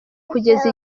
kugeza